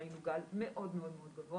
ראינו גל מאוד מאוד גבוה.